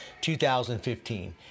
2015